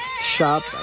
shop